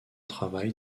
travail